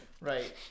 Right